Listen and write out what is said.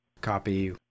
copy